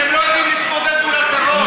ואתם לא יודעים להתמודד מול הטרור.